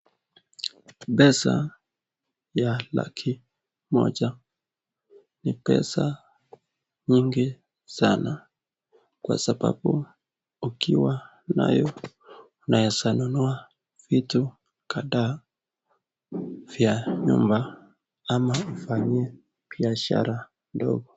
Pesa ya laki moja ni pesa nyingi sana kwa sababu ukiwa nayo unaweza nunua vitu kadhaa vya nyumba ama ufanye buashara ndogo.